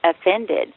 offended